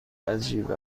عجیب